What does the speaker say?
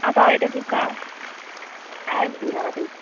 हांव पावयता तुका कांय बिनाका तूं